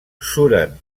suren